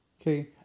Okay